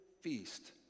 feast